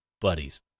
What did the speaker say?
buddies